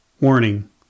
Warning